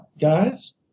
guys